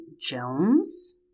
Jones